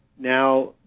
Now